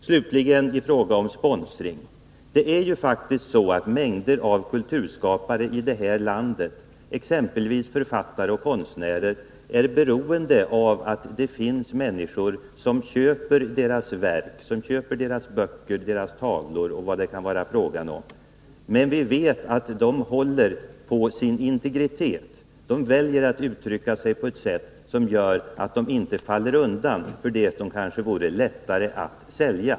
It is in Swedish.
Slutligen i fråga om sponsring: Det är ju faktiskt så att mängder av kulturskapare i det här landet, exempelvis författare och konstnärer, är beroende av att det finns människor som köper deras verk — deras böcker, deras tavlor och vad det kan vara fråga om. Men vi vet att konstnärerna håller på sin integritet. De väljer att inte falla undan för frestelsen att skapa sådant som kanske skulle vara lättare för dem att sälja.